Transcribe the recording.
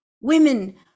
women